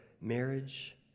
marriage